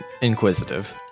inquisitive